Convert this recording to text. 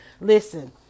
Listen